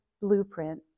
blueprint